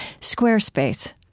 Squarespace